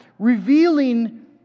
Revealing